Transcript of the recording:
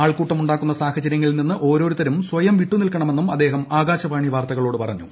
ആൾക്കൂട്ടമുണ്ടാകുന്ന സാഹചര്യങ്ങളിൽ നിന്ന് ഓരോരുത്തരും സ്വയം വിട്ടുനിൽക്കണമെന്നും അദ്ദേഹം ആകാശവാണി വാർത്തകളോട് പറഞ്ഞു